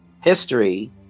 history